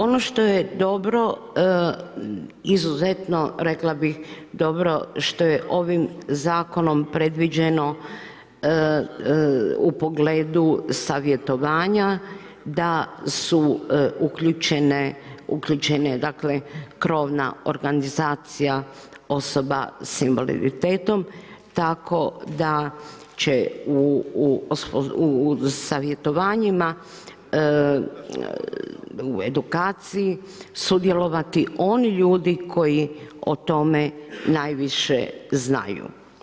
Ono što je dobro, izuzetno rekla bi dobro, što je ovim zakonom predviđeno u pogledu savjetovanja da je uključena krovna organizacija osoba sa invaliditetom tako da će u savjetovanjima, edukaciji sudjelovati oni ljudi koji o tome najviše znaju.